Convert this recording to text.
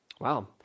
Wow